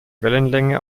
wellenlänge